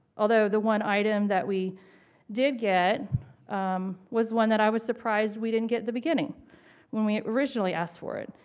although the one item that we did get was one that i was surprised we didn't get in the beginning when we originally asked for it,